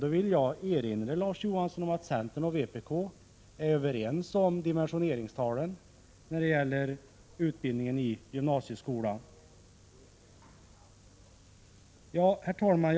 Jag vill erinra Larz Johansson om att centern och vpk är överens om dimensioneringstalen när det gäller utbildningen i gymnasieskolan. Herr talman!